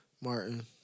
Martin